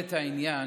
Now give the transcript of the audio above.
בתועלת העניין,